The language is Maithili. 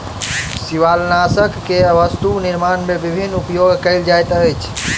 शिवालनाशक के वस्तु निर्माण में विभिन्न उपयोग कयल जाइत अछि